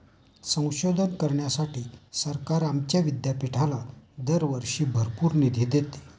संशोधन करण्यासाठी सरकार आमच्या विद्यापीठाला दरवर्षी भरपूर निधी देते